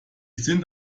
sind